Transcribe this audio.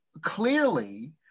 clearly